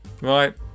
right